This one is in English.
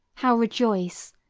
how rejoice,